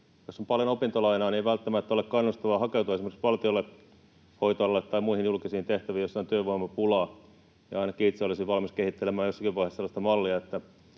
jos on paljon opintolainaa, ei välttämättä ole kannustavaa hakeutua esimerkiksi valtiolle, hoitoalalle tai muihin julkisiin tehtäviin, joissa on työvoimapulaa. Ainakin itse olisin valmis kehittelemään jossakin vaiheessa sellaista mallia,